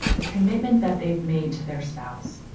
the commitment that they've made to their spouse.